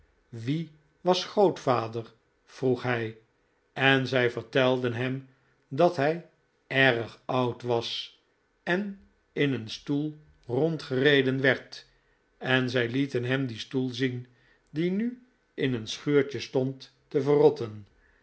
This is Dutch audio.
wie was grootvader vroeg hij en zij vertelden hem dat hij erg oud was en in een stoel rondgereden werd en zij lieten hem dien stoel zien die nu in een schuurtje stond te verrotten